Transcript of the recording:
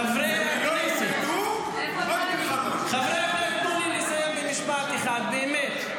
חברי הכנסת, תנו לי לסיים במשפט אחד, באמת.